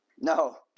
No